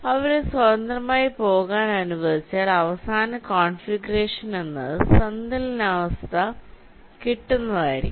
അവരെ സ്വതന്ത്രമായി പോകാൻ അനുവദിച്ചാൽ അവസാന കോൺഫിഗുറേഷൻ എന്നത് സന്തുലനാവസ്ഥ കിട്ടുന്നത് ആയിരിക്കും